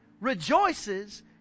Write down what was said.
rejoices